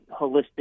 holistic